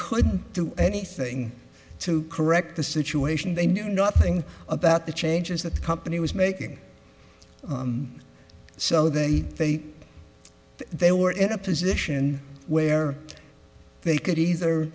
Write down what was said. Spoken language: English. couldn't do anything to correct the situation they knew nothing about the changes that the company was making so they they they were in a position where they could either